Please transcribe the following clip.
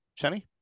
Shani